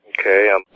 Okay